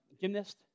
gymnast